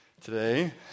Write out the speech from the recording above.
today